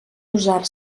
usar